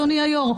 אדוני היו"ר.